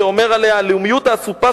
שאומר עליה "הלאומיות האסופה,